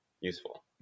useful